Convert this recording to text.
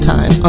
Time